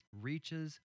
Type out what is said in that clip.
reaches